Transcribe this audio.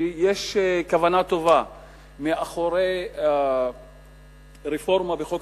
שיש כוונה טובה מאחורי רפורמה בחוק